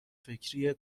فکری